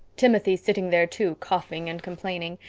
timothy's sitting there, too, coughing and complaining.